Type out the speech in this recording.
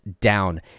down